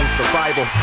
survival